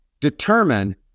determine